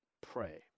pray